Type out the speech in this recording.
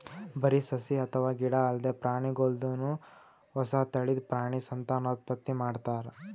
ಬರಿ ಸಸಿ ಅಥವಾ ಗಿಡ ಅಲ್ದೆ ಪ್ರಾಣಿಗೋಲ್ದನು ಹೊಸ ತಳಿದ್ ಪ್ರಾಣಿ ಸಂತಾನೋತ್ಪತ್ತಿ ಮಾಡ್ತಾರ್